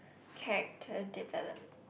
character development